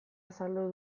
azaldu